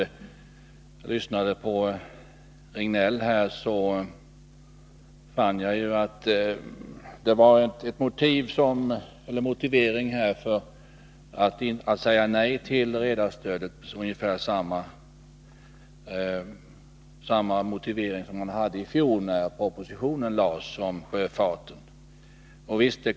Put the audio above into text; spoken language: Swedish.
När jag lyssnade på Göran Riegnell fann jag att motiveringen för att säga nej till redarstödet var ungefär densamma som man hade i fjol när propositionen om sjöfarten lades fram.